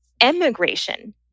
emigration